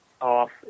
off